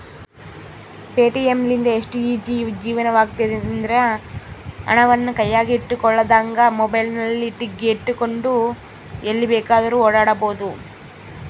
Paytm ಲಿಂದ ಎಷ್ಟು easy ಜೀವನವಾಗೆತೆಂದ್ರ, ಹಣವನ್ನು ಕೈಯಗ ಇಟ್ಟುಕೊಳ್ಳದಂಗ ಮೊಬೈಲಿನಗೆಟ್ಟುಕೊಂಡು ಎಲ್ಲಿ ಬೇಕಾದ್ರೂ ಓಡಾಡಬೊದು